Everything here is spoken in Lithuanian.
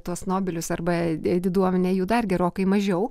tuos nobelius arba diduomenę jų dar gerokai mažiau